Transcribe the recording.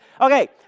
Okay